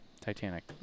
Titanic